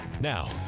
Now